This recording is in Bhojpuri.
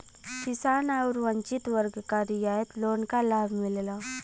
किसान आउर वंचित वर्ग क रियायत लोन क लाभ मिलला